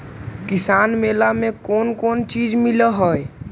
किसान मेला मे कोन कोन चिज मिलै है?